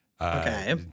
Okay